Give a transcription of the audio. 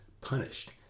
punished